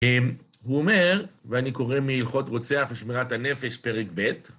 הוא אומר, ואני קורא מהלכות רוצח ושמירת הנפש פרק ב',